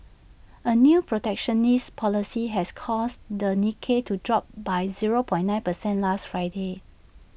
A new protectionist policy has caused the Nikkei to drop by zero point nine percent last Friday